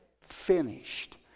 finished